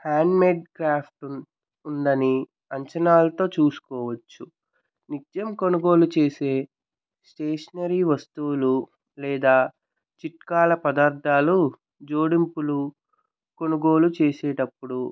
hand made craft ఉందని అంచనాలతో చూసుకోవచ్చు నిత్యం కొనుగోలు చేసే స్టేషనరీ వస్తువులు లేదా చిట్కాల పదార్థాలు జోడింపులు కొనుగోలు చేసేటప్పుడు